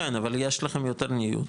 כן, אבל יש לכם יותר ניוד.